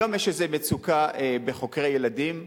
היום יש מצוקה בחוקרי ילדים,